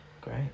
Great